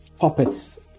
puppets